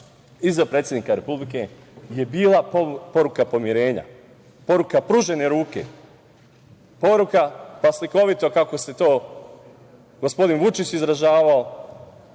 za predsednika Republike je bila poruka pomirenja, poruka pružene ruke, poruka pa slikovito, kako se to gospodin Vučić izražavao